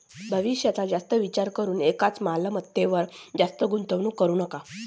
भविष्याचा जास्त विचार करून एकाच मालमत्तेवर जास्त गुंतवणूक करू नका